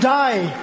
die